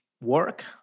work